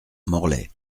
morlaix